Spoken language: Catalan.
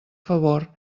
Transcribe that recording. favor